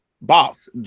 boss